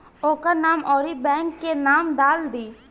ओकर नाम अउरी बैंक के नाम डाल दीं